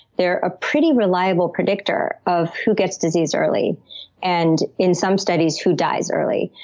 they're a pretty reliable predictor of who gets disease early and, in some studies, who dies early,